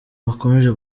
bukomeje